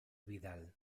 vidal